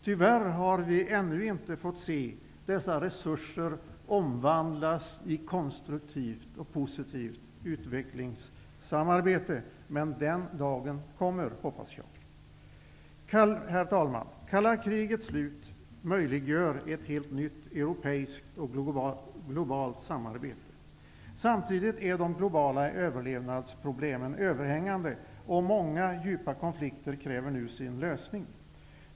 Tyvärr har vi ännu inte fått se dessa resurser omvandlas i konstruktivt och positivt utvecklingssamarbete, men den dagen kommer, hoppas jag. Herr talman! Kalla krigets slut möjliggör ett helt nytt europeiskt och globalt samarbete. Samtidigt är de globala överlevnadsproblemen överhängande, och många djupa konflikter kräver nu sin lösning.